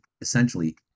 essentially